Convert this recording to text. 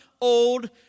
old